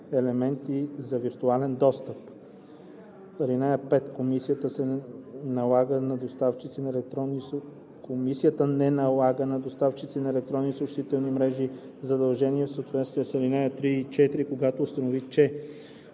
елементи или за виртуален достъп. (5) Комисията не налага на доставчици на електронни съобщителни мрежи задължения в съответствие с ал. 3 и 4, когато установи, че: